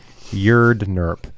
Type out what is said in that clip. Yerd-nerp